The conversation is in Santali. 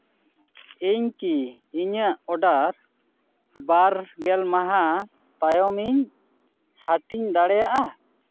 ᱤᱧ ᱠᱤ ᱤᱧᱟᱹᱜ ᱚᱰᱟᱨ ᱵᱟᱨ ᱜᱮᱞ ᱢᱟᱦᱟ ᱛᱟᱭᱚᱢ ᱤᱧ ᱦᱟᱹᱴᱤᱧ ᱫᱟᱲᱮᱭᱟᱜᱼᱟ